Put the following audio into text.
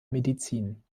medizin